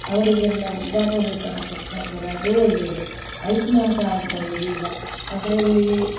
ಅವರಿಗೆಲ್ಲ ವೃದ್ಧಾಪ್ಯ ವೇತನ ಕೊಡ್ತಾಯಿದ್ದಾರೆ ಅದೂ ಒಳ್ಳೆಯದು ಆಯುಷ್ಮಾನ್ ಕಾರ್ಡ್ ಬಂದಿದೆ ಈಗ ಅದರಲ್ಲಿ